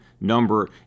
number